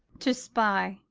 to spy!